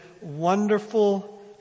wonderful